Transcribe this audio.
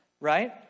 right